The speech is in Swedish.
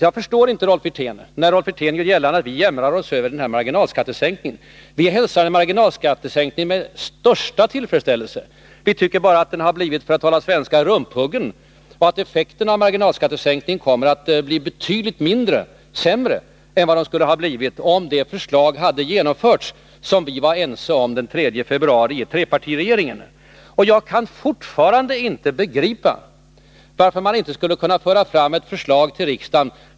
Jag förstår inte herr Wirtén när han gör gällande att vi jämrar oss över marginalskattesänkningen. Det gör vi inte alls. Vi hälsar den med största tillfredsställelse. Vi tycker bara att den har blivit, för att tala svenska, rumphuggen, och vi anser att effekten av den kommer att bli betydligt sämre än den skulle ha blivit om det förslag hade genomförts som vi var ense om den 3 februari i trepartiregeringen. Och jag kan fortfarande inte begripa varför man inte kunde föra fram sitt eget förslag till riksdagen.